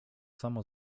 samo